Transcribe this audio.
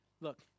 Look